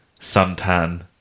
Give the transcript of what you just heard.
suntan